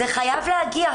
זה חייב להגיע.